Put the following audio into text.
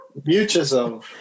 Mutualism